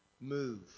move